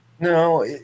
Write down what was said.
No